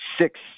six